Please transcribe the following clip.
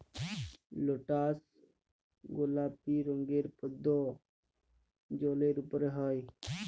lotus গলাপি রঙের পদ্দ জালের উপরে হ্যয়